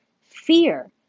fear